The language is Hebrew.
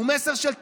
הוא מסר של תקווה.